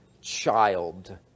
child